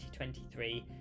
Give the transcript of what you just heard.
2023